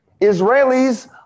Israelis